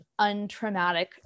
untraumatic